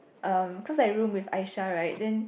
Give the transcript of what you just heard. uh cause I room with Aisha [right] then